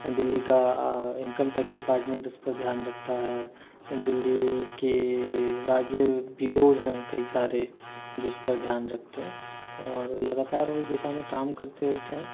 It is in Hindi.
दिल्ली का इनकम टैक्स डिपार्टमेंट उस पर ध्यान रखता है दिल्ली की राज्य ब्यूरोज है कई सारे जो इस पर ध्यान रखते है और लगातार उस दिशा मे काम करते होते है